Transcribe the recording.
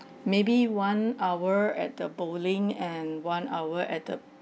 maybe one hour at the bowling and one hour at the